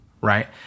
right